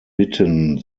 bitten